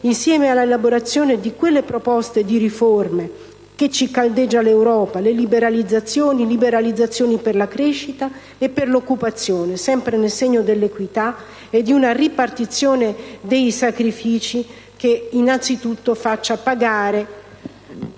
insieme alla elaborazione di quelle proposte di riforme che ci caldeggia l'Europa e liberalizzazioni per la crescita e per l'occupazione, sempre nel segno dell'equità e di una ripartizione dei sacrifici che innanzitutto faccia pagare